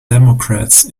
democrats